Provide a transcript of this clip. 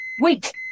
Wait